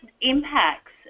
impacts